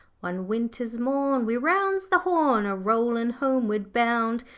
one winter's morn we rounds the horn, a-rollin' homeward bound.